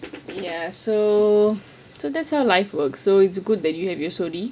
ya so so that's how life works so it's good that you have your shulli